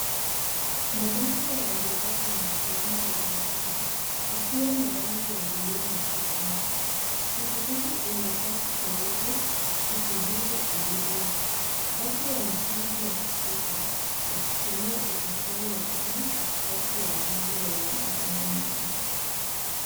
Mabasi ya abiria yamesimama barabarani yakiwa na rangi ya bluu na kijani. Pikipiki imepaki karibu, ikisubiri abiria. Watu wanapanda na kushuka, wakitumia usafiri wa umma katikati ya jiji lenye majengo marefu.